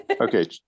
okay